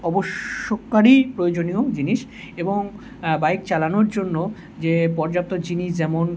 অবশ্যকারী প্রয়োজনীয় জিনিস এবং বাইক চালানোর জন্য যে পর্যাপ্ত জিনিস যেমন